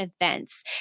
events